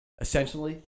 essentially